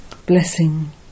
Blessing